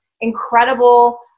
incredible